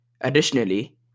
Additionally